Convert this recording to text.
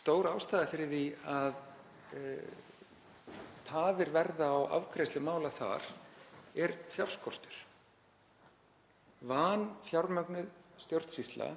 stór ástæða fyrir því að tafir verða á afgreiðslu mála þar er fjárskortur. Vanfjármögnuð stjórnsýsla